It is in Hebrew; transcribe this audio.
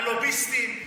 הלוביסטים,